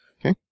Okay